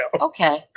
Okay